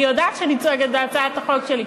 אני יודעת שאני צודקת בהצעת החוק שלי.